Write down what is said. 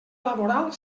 laboral